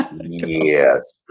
Yes